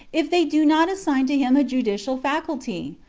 if they do not assign to him a judicial faculty?